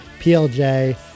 PLJ